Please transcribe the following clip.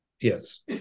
Yes